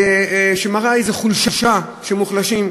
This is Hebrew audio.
שמראה איזה חולשה, שמוחלשים.